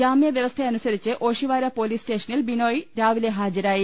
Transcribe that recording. ജാമ്യവ്യവസ്ഥയനുസരിച്ച് Oshiwara police സ്റ്റേഷ നിൽ ബിനോയ് രാവിലെ ഹാജരായി